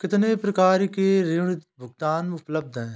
कितनी प्रकार के ऋण भुगतान उपलब्ध हैं?